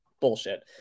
Bullshit